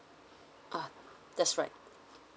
ah that's right